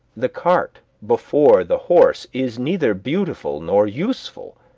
the cart before the horse is neither beautiful nor useful.